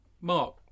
Mark